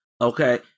Okay